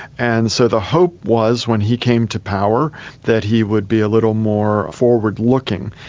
and so the hope was when he came to power that he would be a little more forward-looking.